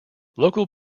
local